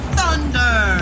Thunder